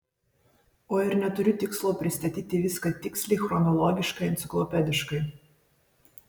o ir neturiu tikslo pristatyti viską tiksliai chronologiškai enciklopediškai